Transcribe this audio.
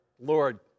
Lord